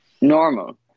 normal